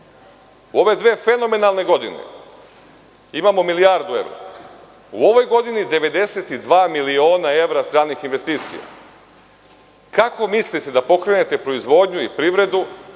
u ove dve fenomenalne godine imamo milijardu evra, u ovoj godini 92 miliona evra stranih investicija. Kako mislite da pokrenete proizvodnju i privredu